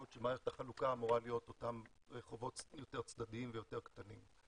בעוד שמערכת החלוקה אמורה להיות אותם רחובות יותר צדדיים ויותר קטנים.